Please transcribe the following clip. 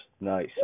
nice